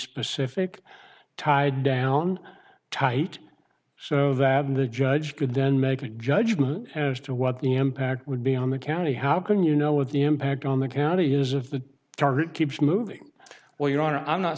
specific tied down tight so that the judge could then make a judgment as to what the impact would be on the county how can you know what the impact on the county is of the target keeps moving well your honor i'm not